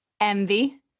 Envy